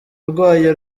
urwaye